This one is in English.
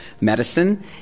medicine